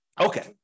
Okay